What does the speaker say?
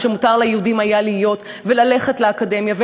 ומותר ליהודים להיות וללכת לאקדמיה,